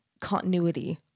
continuity